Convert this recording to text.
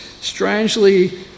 strangely